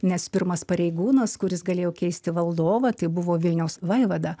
nes pirmas pareigūnas kuris galėjo keisti valdovą tai buvo vilniaus vaivada